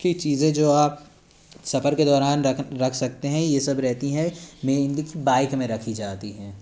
कि चीज़ें जो आप सफ़र के दौरान रख रख सकते हैं ये सब रहती हैं बाइक में रखी जाती हैं